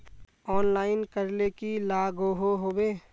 Online करले की लागोहो होबे?